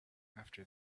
after